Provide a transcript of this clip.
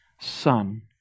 Son